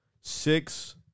Six